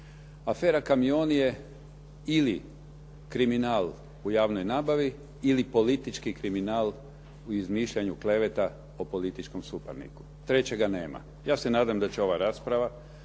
Afera "Kamioni" je ili kriminal u javnoj nabavi ili politički kriminal u izmišljanju kleveta o političkom suparniku, trećega nema. Ja se nadam da će ova rasprava